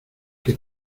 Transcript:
que